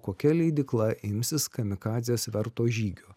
kokia leidykla imsis kamikadzės verto žygio